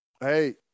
Hey